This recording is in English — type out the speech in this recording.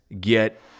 get